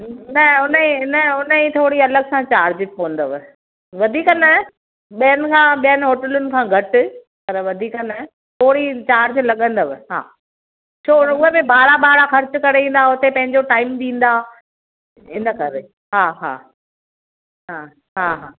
न हुन न हुन जी थोरी अलॻि सां चार्जेस पवंदव वधीक न ॿियनि खां ॿियनि होटलुनि खां घटि पर वधीक न थोरी चार्ज लगंदव हां छो उहे बि भाड़ा वाड़ा ख़र्चु करे ईंदा हुते पंहिंजो टाइम ॾींदा हिन करे हा हा हा हा हा